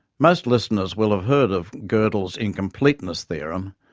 most listeners will have heard of godel's incompleteness theorem,